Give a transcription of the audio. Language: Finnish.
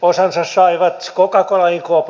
osansa saivat coca cola inc